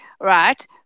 Right